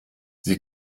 sie